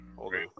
Okay